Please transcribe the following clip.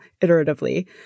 iteratively